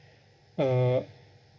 uh